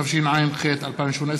התשע"ח 2018,